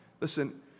Listen